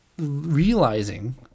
realizing